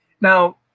Now